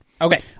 Okay